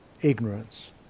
ignorance